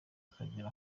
akagera